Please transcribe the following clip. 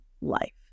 life